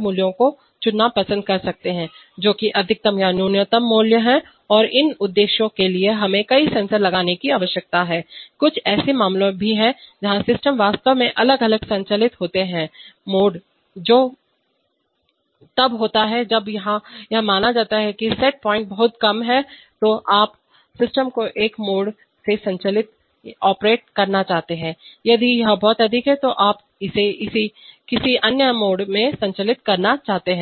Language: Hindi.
मूल्यों को चुनना पसंद कर सकते हैं जो कि अधिकतम या न्यूनतम मूल्य हैं और इन उद्देश्यों के लिए हमें कई सेंसर लगाने की आवश्यकता है कुछ ऐसे मामले भी हैं जहां सिस्टम वास्तव में अलग अलग संचालित होते हैं मोड जो तब होता है जब यह माना जाता है कि सेट पॉइंट बहुत कम है तो आप सिस्टम को एक मोड में संचालित करना चाहते हैं यदि यह बहुत अधिक है तो आप इसे किसी अन्य मोड में संचालित करना चाहते हैं